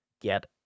get